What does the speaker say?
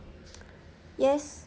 yes